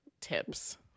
tips